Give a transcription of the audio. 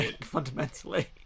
fundamentally